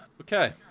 Okay